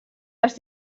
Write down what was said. les